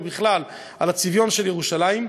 ובכלל על הצביון של ירושלים,